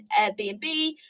airbnb